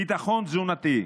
ביטחון תזונתי,